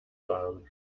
warm